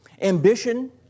Ambition